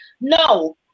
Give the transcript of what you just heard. no